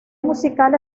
musical